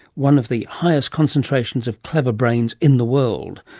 one of the highest contractions of clever brains in the world.